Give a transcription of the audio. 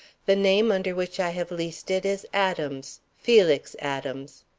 the name under which i have leased it is adams, felix adams.